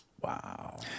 Wow